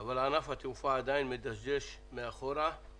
אבל ענף התעופה עדיין מדשדש מאחור.